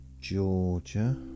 Georgia